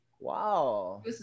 Wow